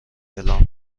اعلام